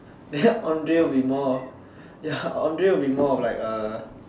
then Andrea would be more Andrea would be more of like a